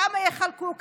כמה יחלקו,